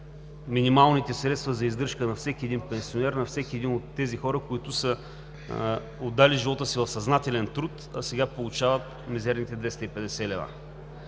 минималните средства за издръжка на всеки един пенсионер, на всеки един от тези хора, които са отдали живота си в съзнателен труд, а сега получават мизерните 250 лв.